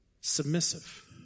submissive